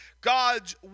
God's